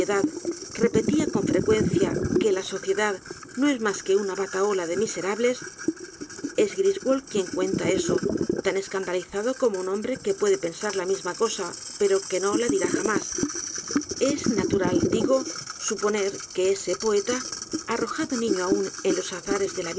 repetía con frecuencia que la sociedad no es más que una batahola de miserables es griswold quien cuenta eso tan escandalizado como un hombre que puede pensar la misma cosa pero que no la dirá jamás es n a t u r a l digo suponer que ese poeta arrojado niño a u n e n los azares de la